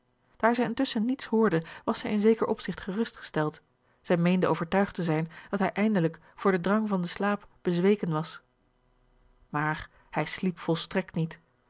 daar zij intusschen niets hoorde was zij in zeker opzigt gerust gesteld zij meende overtuigd te zijn dat hij eindelijk voor den drang van den slaap bezweken was maar hij sliep volstrekt niet